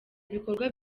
ibikorwa